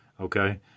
okay